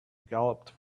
galloped